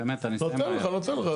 באמת, אני --- נותן לך, נותן לך.